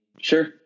Sure